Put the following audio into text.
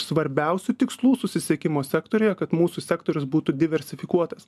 svarbiausių tikslų susisiekimo sektoriuje kad mūsų sektorius būtų diversifikuotas